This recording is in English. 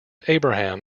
abraham